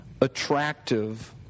attractive